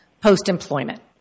post-employment